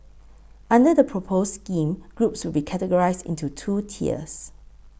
under the proposed scheme groups will be categorised into two tiers